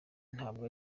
ntabwo